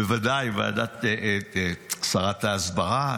בוודאי שרת ההסברה.